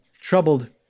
troubled